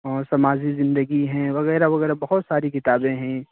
اور سماجی زندگی ہیں وغیرہ وغیرہ بہت ساری کتابیں ہیں